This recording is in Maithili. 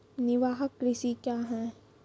निवाहक कृषि क्या हैं?